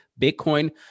Bitcoin